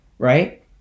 Right